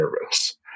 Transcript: nervous